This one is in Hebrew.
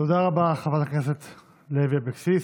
תודה רבה, חברת הכנסת לוי אבקסיס.